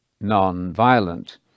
non-violent